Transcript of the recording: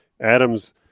Adam's